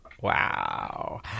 Wow